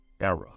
era